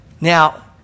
Now